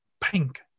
pink